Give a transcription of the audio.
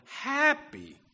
happy